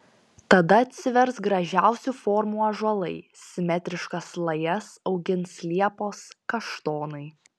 tada atsivers gražiausių formų ąžuolai simetriškas lajas augins liepos kaštonai